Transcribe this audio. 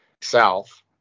south